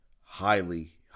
highly